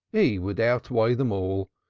he would outweigh them all.